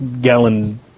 gallon